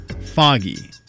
foggy